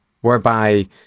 whereby